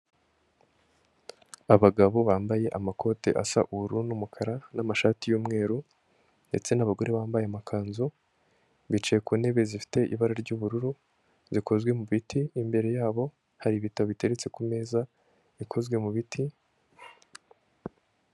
Abagabo bambaye amakoti asa ubururu n'umukara, n'amashati y'umweru ndetse n'abagore bambaye amakanzu, bicaye ku ntebe zifite ibara ry'ubururu ziikozwe mu biti, imbere yabo hari ibitabo biteretse ku meza, ikozwe mu biti.